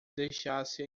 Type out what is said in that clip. deixasse